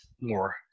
more